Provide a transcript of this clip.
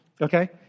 Okay